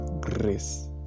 grace